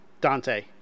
dante